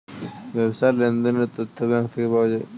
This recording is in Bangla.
ব্যবসার লেনদেনের তথ্য ব্যাঙ্ক থেকে পাওয়া যায়